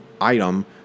item